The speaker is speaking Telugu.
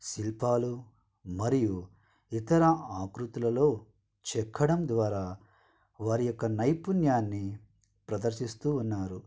శిల్పాలు మరియు ఇతర ఆకృతిలలో చెక్కడం ద్వారా వారి యొక్క నైపుణ్యాన్ని ప్రదర్శిస్తూ ఉన్నారు